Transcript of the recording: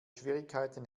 schwierigkeiten